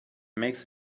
makes